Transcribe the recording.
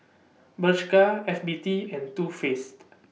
Bershka F B T and Too Faced